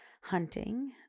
hunting